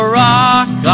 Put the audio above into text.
rock